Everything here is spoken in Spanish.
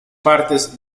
partes